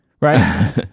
right